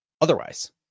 Otherwise